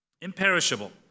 Imperishable